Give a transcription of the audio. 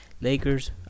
Lakers